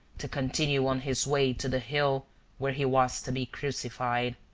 to continue on his way to the hill where he was to be crucified.